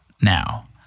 now